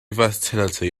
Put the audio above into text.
versatility